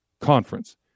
conference